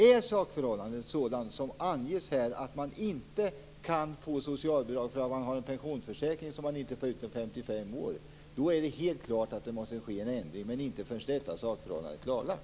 Är sakförhållandet sådant som anges här, att man inte kan få socialbidrag därför att man har en pensionsförsäkring som man inte får ut förrän man är 55 år, då är det helt klart att det måste ske en ändring, men inte förrän detta sakförhållande är klarlagt.